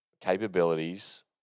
capabilities